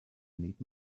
need